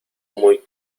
muy